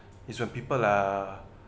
it's when people are